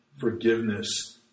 forgiveness